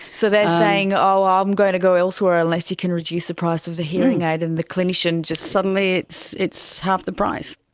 so they are saying, oh, um i'm going to go elsewhere unless you can reduce the price of the hearing aid. and the clinician just. suddenly it's half half the price.